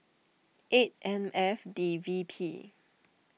eight M F D V P